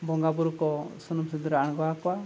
ᱵᱚᱸᱜᱟ ᱵᱩᱨᱩ ᱠᱚ ᱥᱩᱱᱩᱢ ᱥᱤᱸᱫᱩᱨᱮ ᱟᱬᱜᱳᱣᱟᱠᱚᱣᱟ